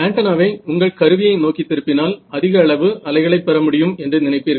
ஆன்டெனாவை உங்கள் கருவியை நோக்கி திருப்பினால் அதிக அளவு அலைகளைப் பெறமுடியும் என்று நினைப்பீர்கள்